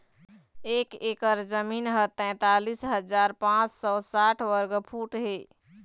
एक एकर जमीन ह तैंतालिस हजार पांच सौ साठ वर्ग फुट हे